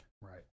Right